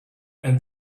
and